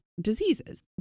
diseases